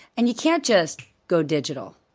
and you can't just go digital.